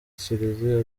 kiliziya